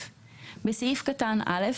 (א)בסעיף קטן (א),